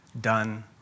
done